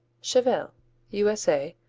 chevelle u s a.